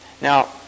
Now